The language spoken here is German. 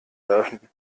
eröffnen